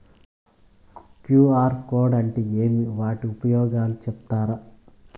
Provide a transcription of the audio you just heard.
QR code అంటే ఏమి వాటి ఉపయోగాలు సెప్తారా?